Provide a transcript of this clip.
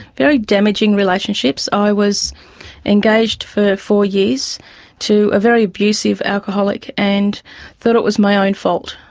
very damaging relationships. i was engaged for four years to a very abusive alcoholic and thought it was my own fault.